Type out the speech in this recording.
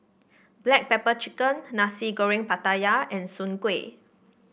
Black Pepper Chicken Nasi Goreng Pattaya and Soon Kway